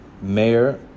Mayor